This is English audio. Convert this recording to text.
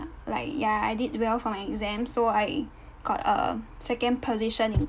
like ya I did well for my exam so I got a second position in